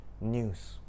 news